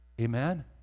Amen